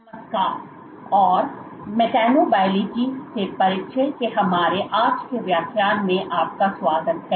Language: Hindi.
नमस्कार और मैकेबोलॉजी से परिचय के हमारे आज के व्याख्यान में आपका स्वागत है